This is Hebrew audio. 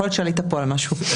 יכול להיות שעלית פה על משהו.